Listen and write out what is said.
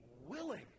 willing